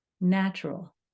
natural